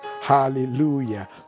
Hallelujah